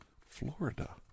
Florida